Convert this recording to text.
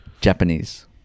Japanese